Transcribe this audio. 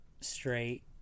straight